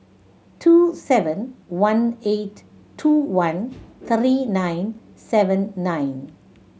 two seven one eight two one three nine seven nine